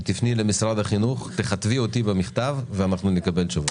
שתפני למשרד החינוך, תכתבי אותי, ונקבל תשובות.